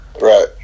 Right